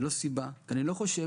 חסרים 30 וזה לא שאנחנו לא מחפשים